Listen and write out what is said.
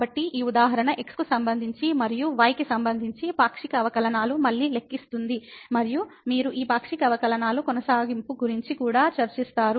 కాబట్టి ఈ ఉదాహరణ x కు సంబంధించి మరియు y కి సంబంధించి పాక్షిక అవకలనాలును మళ్ళీ లెక్కిస్తుంది మరియు మీరు ఈ పాక్షిక అవకలనాలు కొనసాగింపు గురించి కూడా చర్చిస్తారు